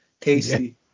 Casey